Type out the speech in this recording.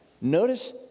Notice